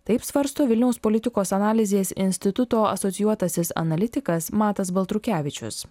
taip svarsto vilniaus politikos analizės instituto asocijuotasis analitikas matas baltrukevičius